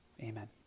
amen